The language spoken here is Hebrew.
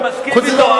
אני מסכים אתו,